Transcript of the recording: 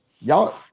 Y'all